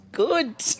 good